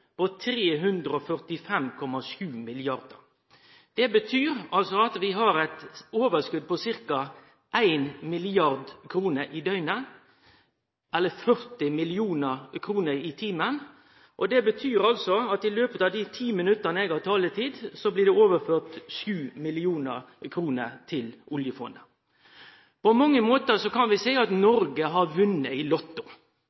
på 345,7 mrd. kr. Det betyr at vi har eit overskot på ca. 1 mrd. kr i døgnet, eller 40 mill. kr i timen. Det betyr at i løpet av dei 10 minutta eg har taletid, blir det overført 7 mill. kr til oljefondet. På mange måtar kan vi seie at